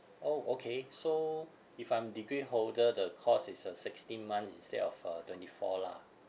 orh okay so if I'm degree holder the course is uh sixteen month itself uh twenty four lah